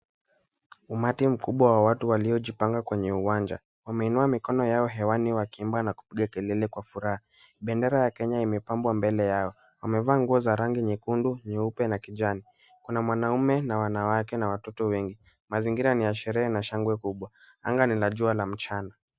Umati mkubwa wa watu waliojipanga kwenye uwanja. Wameinua mikono yao hewani wakiimba na kupiga kelele kwa furaha .Bendera ya Kenya imepambwa mbele yao, wamevaa nguo za rangi nyekundu, nyeupe na kijani. Kuna mwanamume na wanawake na watoto wengi. Mazingira ni ya sherehe shangwe kubwa .Angaa ni la jua la mchana.